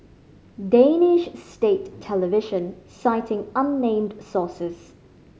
Danish state television citing unnamed sources